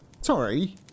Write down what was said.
Sorry